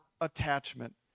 attachment